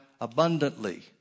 abundantly